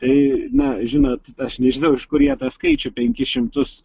tai na žinot aš nežinau iš kur jie tą skaičių penkis šimtus